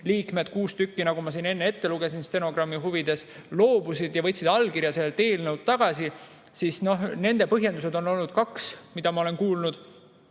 liikmed, kuus tükki, kelle nimed ma siin enne ette lugesin stenogrammi huvides, loobusid ja võtsid allkirja sellelt eelnõult tagasi? Noh, nende põhjendusi on olnud kaks, nagu ma olen kuulnud.